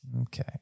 Okay